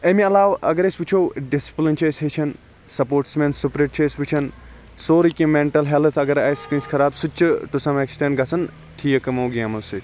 امہِ علاو اگر أسۍ وٕچھو ڈِسپٕلٕن چھِ أسۍ ہیچھان سپورٹٕس مین سِپرِٹ چھِ أسۍ وٕچھان سورُے کینٛہہ مینٛٹَل ہیلٕتھ اگر آسہِ کٲنٛسہِ خَراب سُہ تہِ چھِ ٹُو سَم ایکٕسٹیٚنٛڈ گَژھان ٹھیٖک یِمو گیمٕو سۭتۍ